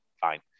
fine